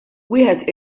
wieħed